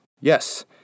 Yes